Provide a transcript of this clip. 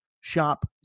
shop